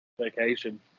vacation